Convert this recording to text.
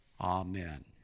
Amen